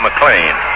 McLean